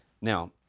now